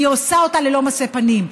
היא עושה אותה ללא משוא פנים.